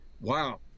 wow